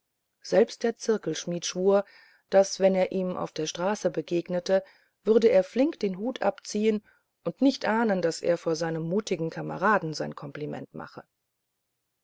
selbst der zirkelschmidt schwur daß wenn er ihm auf der straße begegnete würde er flink den hut abziehen und nicht ahnen daß er vor seinem mutigen kameraden sein kompliment mache